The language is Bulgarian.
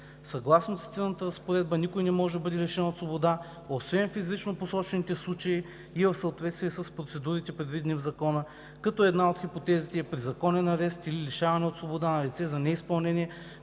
Съгласно цитираната разпоредба никой не може да бъде лишен от свобода освен в изрично посочените случаи и в съответствие с процедурите, предвидени в закона, като една от хипотезите е при законен арест или лишаване от свобода на лице за неизпълнение